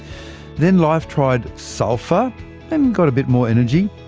then life tried sulphur and got a bit more energy.